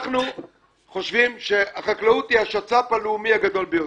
אנחנו חושבים שהחקלאות היא השצ"פ הלאומי הגדול ביותר.